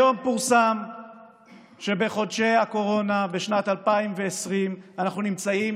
היום פורסם שבחודשי הקורונה בשנת 2020 אנחנו נמצאים